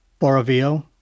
Borovio